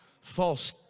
false